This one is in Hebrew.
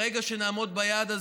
ברגע שנעמוד ביעד הזה,